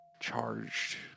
charged